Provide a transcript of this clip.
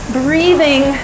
breathing